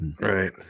right